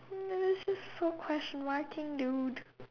mm this is so question marking dude